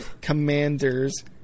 Commanders